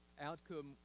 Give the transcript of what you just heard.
Outcome